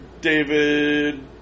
David